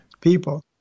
people